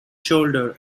shoulder